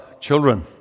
children